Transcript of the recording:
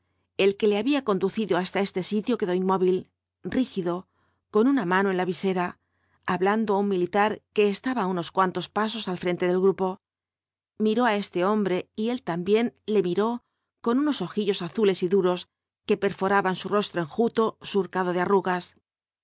el que le había conducido hasta este sitio quedó inmóvil rígido con una mano en la visera hablando á un militar que estaba unos cuantos pasos al frente del grupo miró á este hombre y él también le miró con unos ojillos azules y duros que perforaban su rostro enjuto surcado v bi a ibáñbb de arrugas